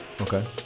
okay